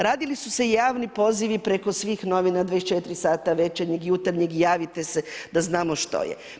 Radili su se javni pozivi preko svih novina, 24 sata, Večernjeg, Jutarnjeg, javite se da znamo što je.